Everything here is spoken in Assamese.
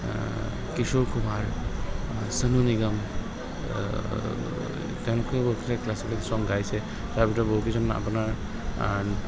কিশোৰ কুমাৰ চনু নিগম তেওঁলোকেও বহুতকেইটা ক্লাছিকেল চং গাইছে তাৰ ভিতৰত বহু কেইজন আপোনাৰ